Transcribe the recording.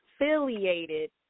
affiliated